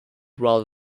rather